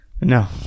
no